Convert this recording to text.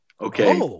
Okay